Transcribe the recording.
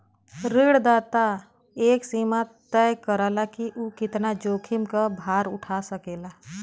ऋणदाता एक सीमा तय करला कि उ कितना जोखिम क भार उठा सकेला